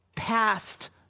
past